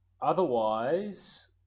Otherwise